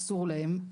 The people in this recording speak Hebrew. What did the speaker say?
אסור להם.